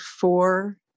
four